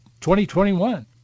2021